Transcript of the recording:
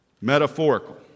Metaphorical